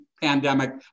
pandemic